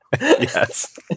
Yes